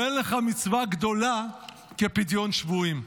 ואין לך מצווה גדולה כפדיון שבויים".